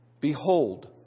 Behold